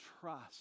trust